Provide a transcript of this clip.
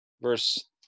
verse